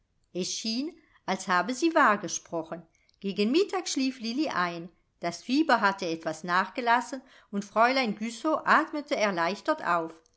schien als habe sie wahr gesprochen gegen mittag schlief lilli ein das fieber hatte etwas nachgelassen und fräulein güssow atmete erleichtert auf